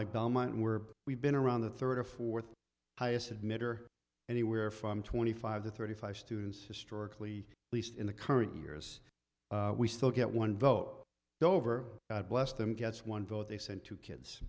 like belmont were we've been around the third or fourth highest submitter anywhere from twenty five to thirty five students historically at least in the current years we still get one vote though over bless them gets one vote they sent two kids